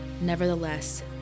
Nevertheless